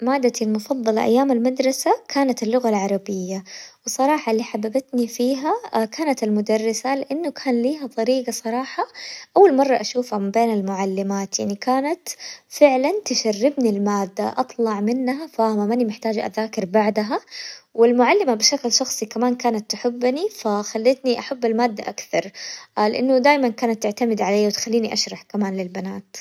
مادتي المفظلة أيام المدرسة كانت اللغة العربية، وصراحة اللي حببتني فيها كانت المدرسة لأنه كان ليها طريقة صراحة أول مرة أشوفها من بين المعلمات، يعني كانت فعلاً تشربني المادة أطلع منها فاهمة ماني محتاجة أذاكر بعدها، والمعلمة بشكل شخصي كمان كانت تحبني فخلتني أحب المادة أكثر لأنه دايماً كانت تعتمد عليا وتخليني أشرح كمان للبنات.